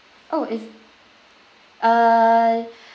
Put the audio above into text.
oh is uh